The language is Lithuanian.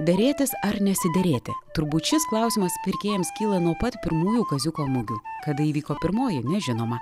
derėtis ar nesiderėti turbūt šis klausimas pirkėjams kyla nuo pat pirmųjų kaziuko mugių kada įvyko pirmoji nežinoma